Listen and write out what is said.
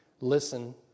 Listen